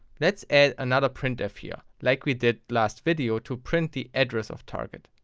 lets add another printf here, like we did last video to print the address of target.